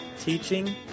teaching